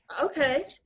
Okay